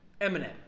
Eminem